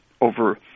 over